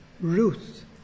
Ruth